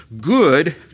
good